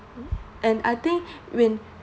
and I think